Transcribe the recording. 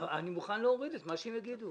אני מוכן להוריד את מה שהם יגידו.